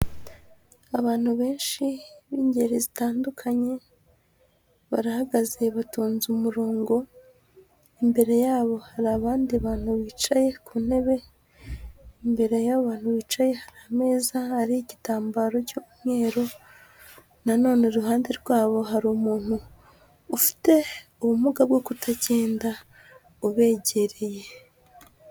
Abantu benshi b'ingeri zitandukanye barahagaze batonze umurongo, imbere y'abo hari abandi bantu bicaye ku ntebe, imbere y'abo bantu bicaye hari ameza ariho igitambaro cy'umweru, na none iruhande rwabo hari umuntu ufite ubumuga bwo kutagenda ubegereye.